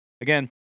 again